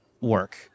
work